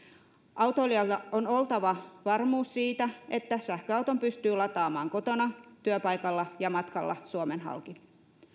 autoilijalla on oltava varmuus siitä että sähköauton pystyy lataamaan kotona työpaikalla ja matkalla suomen halki